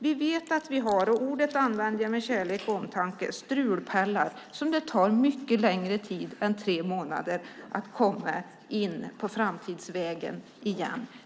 Vi vet att vi har strulpellar - och jag använder ordet med kärlek och omtanke - för vilka det tar längre tid än tre månader att åter komma in på framtidsvägen.